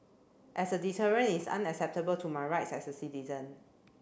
as a deterrent is unacceptable to my rights as a citizen